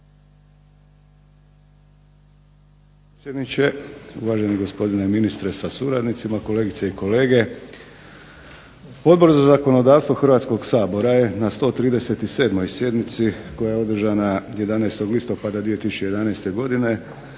predsjedniče, uvaženi gospodine ministre sa suradnicima, kolegice i kolege. Odbor za zakonodavstvo Hrvatskog sabora je na 137. Sjednici koja je održana 11. listopada 2011. godine